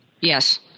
yes